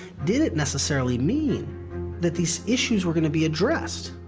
didn't necessarily mean that these issues were going to be addressed.